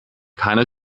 keine